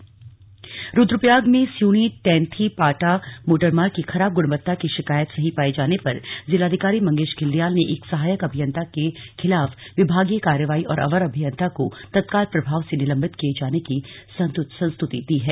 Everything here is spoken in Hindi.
सड़क निरीक्षण रुद्रप्रयाग रुद्रप्रयाग में स्यूणी टैंथी पाटा मोटरमार्ग की खराब गुणवत्ता की शिकायत सही पाये जाने पर जिलाधिकारी मंगेश घिल्डियाल ने एक सहायक अभियंता के खिलाफ विभागीय कार्रवाई और अवर अभियंता को तत्काल प्रभाव से निलंबित किए जाने की संस्तुति की है